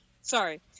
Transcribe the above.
Sorry